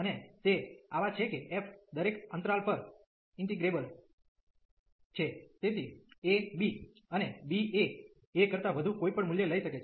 અને તે આવા છે કે f દરેક અંતરાલ પર ઈન્ટિગ્રેબલ છે તેથી a b અને b એ a કરતાં વધુ કોઈપણ મૂલ્ય લઈ શકે છે